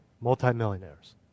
multimillionaires